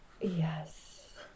Yes